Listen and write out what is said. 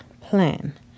plan